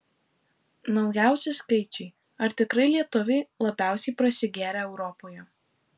naujausi skaičiai ar tikrai lietuviai labiausiai prasigėrę europoje